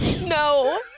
No